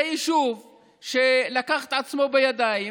זה יישוב שלקח את עצמו בידיים